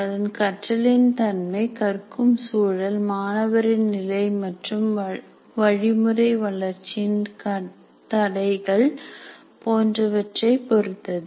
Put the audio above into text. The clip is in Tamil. அதன் கற்றலின் தன்மை கற்கும் சூழல் மாணவரின் நிலை மற்றும் வழிமுறை வளர்ச்சியின் தடைகள் போன்றவற்றை பொருத்தது